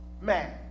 man